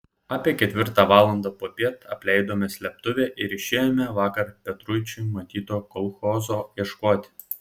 apie ketvirtą valandą popiet apleidome slėptuvę ir išėjome vakar petruičio matyto kolchozo ieškoti